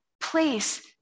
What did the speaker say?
place